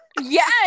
Yes